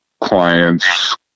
clients